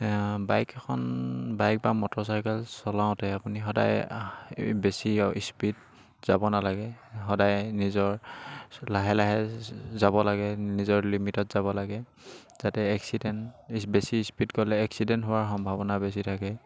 bike এখন bike বা motorcycle চলাওঁতে আপুনি সদায় বেছি স্পীড যাব নালাগে সদায় নিজৰ লাহে লাহে যাব লাগে নিজৰ লিমিটত যাব লাগে যাতে এক্সিডেণ্ট বেছি স্পীড গ'লে এক্সিডেণ্ট হোৱাৰ সম্ভাৱনা বেছি থাকে